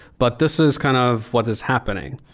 but this is kind of what is happening.